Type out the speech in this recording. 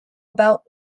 about